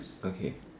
okay